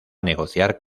negociar